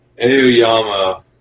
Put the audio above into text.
Aoyama